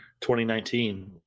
2019